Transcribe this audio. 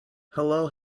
hello